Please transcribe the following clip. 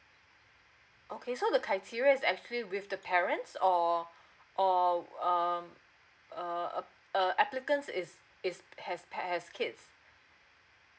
okay so the criteria is actually with the parents or or um uh err applicants is is has pear has kids